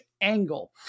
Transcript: angle